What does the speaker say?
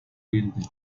oriente